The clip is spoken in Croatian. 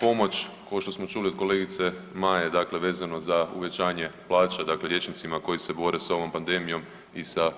Pomoć kao što smo čuli od kolegice Maje dakle vezano za uvećanje plaća liječnicima koji se bore sa ovom pandemijom i sa